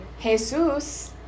Jesus